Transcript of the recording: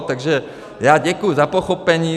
Takže já děkuji za pochopení.